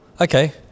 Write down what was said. okay